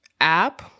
app